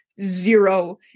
zero